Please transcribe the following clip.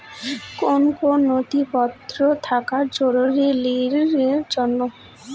কোন কোন নথিপত্র থাকা জরুরি ঋণের জন্য?